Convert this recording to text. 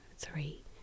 Three